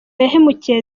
yahemukiye